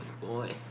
boy